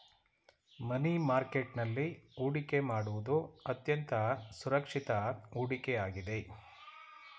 ಮನಿ market ನಲ್ಲಿ ಹೊಡಿಕೆ ಮಾಡುವುದು ಅತ್ಯಂತ ಸುರಕ್ಷಿತ ಹೂಡಿಕೆ ಆಗಿದೆ